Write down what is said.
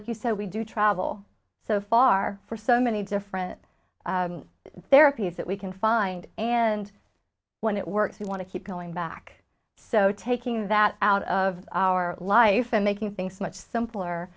like you said we do travel so far for so many different therapies that we can find and when it works we want to keep going back so taking that out of our life and making things much simpler